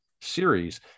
series